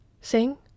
Sing